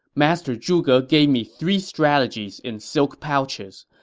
master zhuge gave me three strategies in silk pouches.